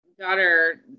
daughter